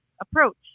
approach